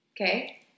Okay